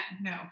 no